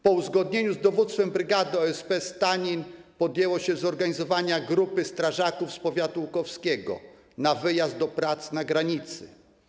Po uzgodnieniu z dowództwem brygady OSP Stanin podjęło się zorganizowania grupy strażaków z powiatu łukowskiego na wyjazd do prac na granicy.